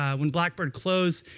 um when blackbird closed,